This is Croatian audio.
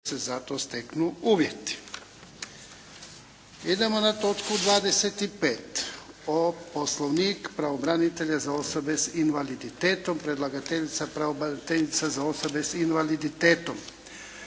Ivan (HDZ)** Idemo na točku 25. - Poslovnik pravobranitelja za osobe s invaliditetom Predlagateljica: pravobraniteljica za osobe s invaliditetom.